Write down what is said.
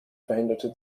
verhinderte